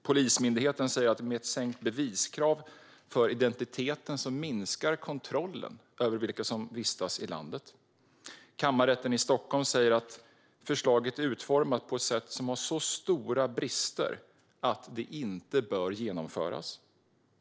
Polismyndigheten säger att med ett sänkt beviskrav för identitet minskar kontrollen över vilka som vistas i landet. Kammarrätten i Stockholm säger att förslaget är utformat på ett sätt som har så stora brister att förslaget inte bör genomföras.